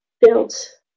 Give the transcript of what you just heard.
built